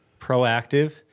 proactive